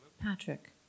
Patrick